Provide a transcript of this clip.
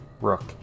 Rook